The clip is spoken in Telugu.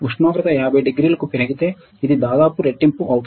ఉష్ణోగ్రత 50 డిగ్రీలకు పెరిగితే ఇది దాదాపు రెట్టింపు అవుతుంది